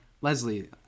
Leslie